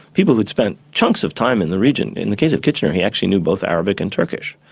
people who had spent chunks of time in the region. in the case of kitchener he actually knew both arabic and turkish.